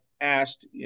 asked